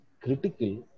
critical